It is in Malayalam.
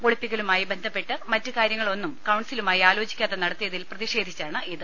പൊളിപ്പിക്കലുമായി ബന്ധപ്പെട്ട് മറ്റുകാര്യങ്ങളൊന്നും കൌൺസിലുമായി ആലോചിക്കാതെ നടത്തിയതിൽ പ്രതിഷേധിച്ചാണ് ഇത്